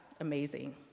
amazing